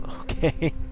okay